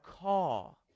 call